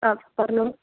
ആ പറഞ്ഞോളൂ